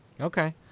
okay